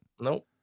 nope